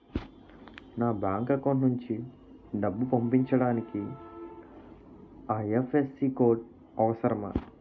నా bank account నుంచి డబ్బు పంపించడానికి ఐ.ఎఫ్.ఎస్.సి కోడ్ అవసరమా?